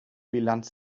bilanz